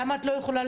למה את לא יכולה